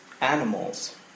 animals